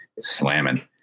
slamming